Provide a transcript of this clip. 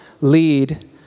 lead